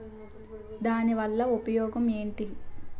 దాని వల్ల ఉపయోగం ఎంటి?